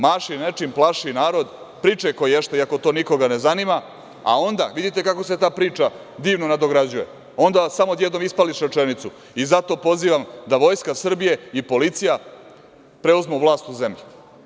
Maši nečim, plaši narod, pričaj koješta, iako to nikoga ne zanima, a onda, vidite kako se ta priča divno nadograđuje, onda samo odjednom ispališ rečenicu – i zato pozivam da Vojska Srbije i policija preuzmu vlast u zemlji.